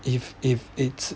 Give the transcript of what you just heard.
if if it's